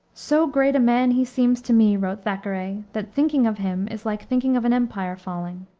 so great a man he seems to me, wrote thackeray, that thinking of him is like thinking of an empire falling.